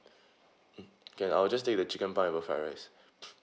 mm can I'll just take the chicken pineapple fried rice